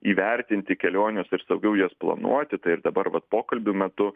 įvertinti keliones ir saugiau jas planuoti tai ir dabar vat pokalbių metu